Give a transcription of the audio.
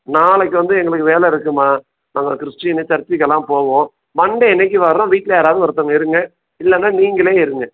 நாளைக்கு வந்து எங்களுக்கு வேலை இருக்குதும்மா நாங்கள் கிறிஸ்டினு சர்ச்சுக்குலாம் போவோம் மண்டே அன்னைக்கு வரோம் வீட்டில் யாராவது ஒருத்தவங்க இருங்க இல்லைனா நீங்களே இருங்கள்